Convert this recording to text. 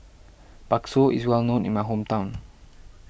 Bakso is well known in my hometown